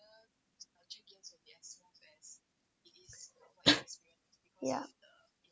yeah)